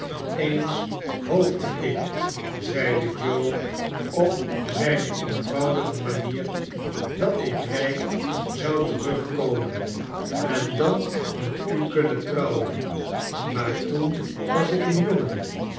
eens hoopte ik zeide joe op zijne eenvoudige mamer datik rijk zou terugkomen en dan met u kunnen trouwen maar toen was ik een jongen